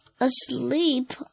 asleep